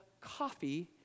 coffee